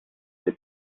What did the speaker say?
des